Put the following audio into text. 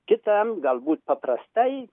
kitam galbūt paprastai